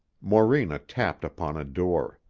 morena tapped upon a door.